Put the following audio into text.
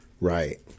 Right